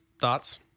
thoughts